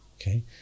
Okay